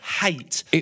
hate